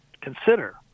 consider